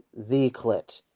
the clit!